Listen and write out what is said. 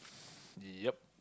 yup